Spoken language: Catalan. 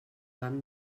vam